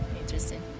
interesting